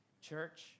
Church